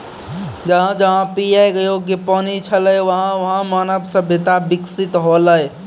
जहां जहां पियै योग्य पानी छलै वहां वहां मानव सभ्यता बिकसित हौलै